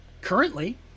currently